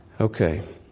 Okay